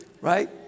right